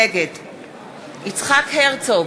נגד יצחק הרצוג,